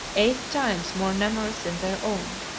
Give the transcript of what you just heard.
eight times more numerous than their own.